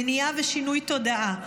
למניעה ולשינוי תודעה.